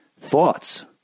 thoughts